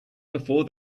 before